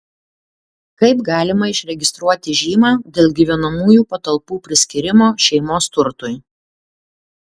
kaip galima išregistruoti žymą dėl gyvenamųjų patalpų priskyrimo šeimos turtui